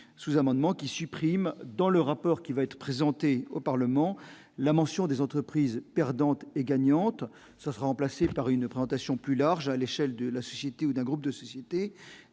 sous- amendement qui supprime dans le rapport, qui va être présenté au Parlement, la mention des entreprises perdantes et gagnantes, ça sera remplacée par une présentation plus large à l'échelle de la société ou d'un groupe de sociétés,